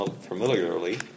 familiarly